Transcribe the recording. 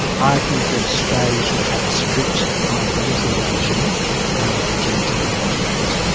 argue that australia should have a strict liability regime under the gene technology act,